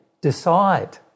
decide